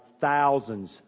thousands